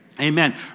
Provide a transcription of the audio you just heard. Amen